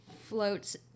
floats